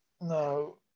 no